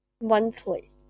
monthly